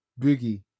Boogie